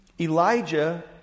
Elijah